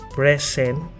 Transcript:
present